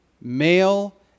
male